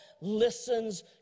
listens